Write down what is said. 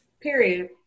Period